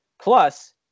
Plus